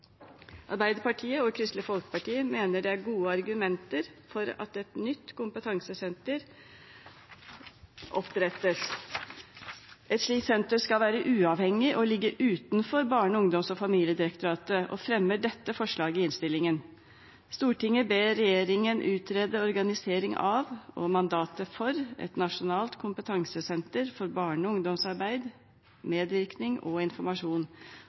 Arbeiderpartiet og Kristelig Folkeparti mener det er gode argumenter for at et nytt kompetansesenter opprettes. Et slikt senter skal være uavhengig og ligge utenfor Barne-, ungdoms- og familiedirektoratet. Vi fremmer derfor dette forslaget i innstillingen: «Stortinget ber regjeringen utrede organisering av, og mandatet for, et nasjonalt kompetansesenter for barne- og ungdomsarbeid, -medvirkning og